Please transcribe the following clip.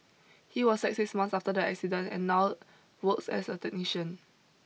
he was sacked six months after the incident and now works as a technician